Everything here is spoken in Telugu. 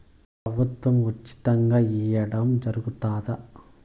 ప్రభుత్వం ఉచితంగా ఇయ్యడం జరుగుతాదా?